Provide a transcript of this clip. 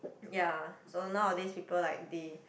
ya so nowadays people like the